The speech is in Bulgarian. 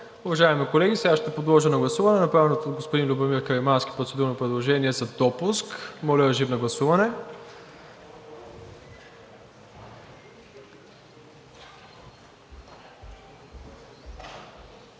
Уважаеми колеги, сега ще подложа на гласуване направеното от господин Любомир Каримански процедурно предложение за допуск. Моля, режим на гласуване.